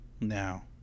now